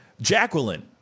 Jacqueline